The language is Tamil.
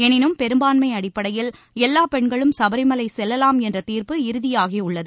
எனினும் பெரும்பான்மை அடிப்படையில் எல்லா பென்களும் சபரிமலை செல்லலாம் என்ற தீர்ப்பு இறுதியாகியுள்ளது